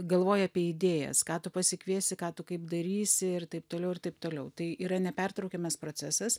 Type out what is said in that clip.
galvoji apie idėjas ką tu pasikviesi ką tu kaip darysi ir taip toliau ir taip toliau tai yra nepertraukiamas procesas